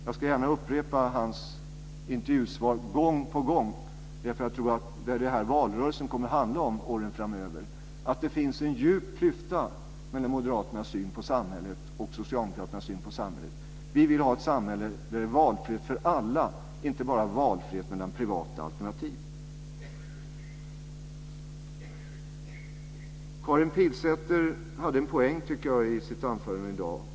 Jag ska gärna upprepa hans intervjusvar gång på gång, därför att jag tror att det är detta som valrörelsen kommer att handla om åren framöver, att det finns en djup klyfta mellan moderaternas syn på samhället och socialdemokraternas syn på samhället. Vi vill ha ett samhälle där det är valfrihet för alla, inte bara valfrihet mellan privata alternativ. Jag tycker att Karin Pilsäter hade en poäng i sitt anförande i dag.